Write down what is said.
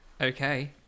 Okay